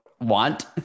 want